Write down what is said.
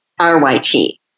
RYT